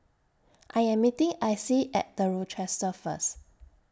I Am meeting Icie At The Rochester First